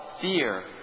fear